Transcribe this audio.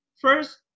first